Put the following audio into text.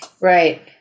Right